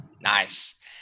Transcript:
Nice